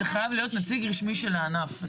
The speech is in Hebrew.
איתן, זה חייב להיות נציג רשמי של הענף.